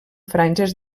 franges